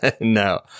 No